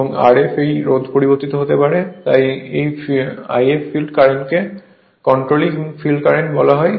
কারণ Rf এই রোধ পরিবর্তিত হতে পারে তাই এই If ফিল্ড কারেন্টকে কন্ট্রোলিং ফিল্ড কারেন্ট হয়